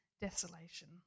desolation